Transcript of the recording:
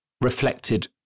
reflected